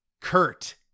kurt